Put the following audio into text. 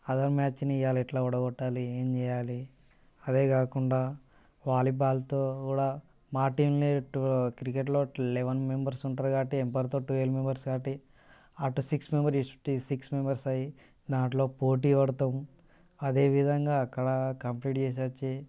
other మ్యాచ్ని ఇవాల ఎట్లా ఓడగొట్టాలి ఏం చెయ్యాలి అదేకాకుండా వాలీబాల్తో కూడా మా టీంనే టు క్రికెట్ లెవెన్ మెంబెర్స్ ఉంటారు కాబట్టి ఎంపైర్తో టువల్వ్ మెంబెర్స్ కాబట్టి అటు సిక్స్ మెంబెర్ ఇటు సిక్స్ మెంబెర్స్ అయ్యి దాంట్లో పోటీ పాడతాం అదే విధంగా అక్కడ కంప్లీట్ చేసొచ్చి